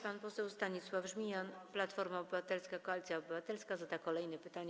Pan poseł Stanisław Żmijan, Platforma Obywatelska - Koalicja Obywatelska, zada kolejne pytanie.